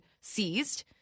seized